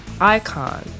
icon